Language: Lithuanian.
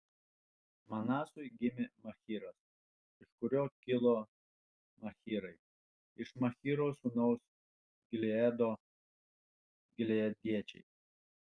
manasui gimė machyras iš kurio kilo machyrai iš machyro sūnaus gileado gileadiečiai